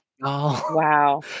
Wow